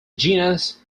genus